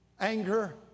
anger